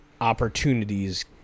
opportunities